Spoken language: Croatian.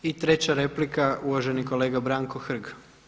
I treća replika uvaženi kolega Branko Hrg.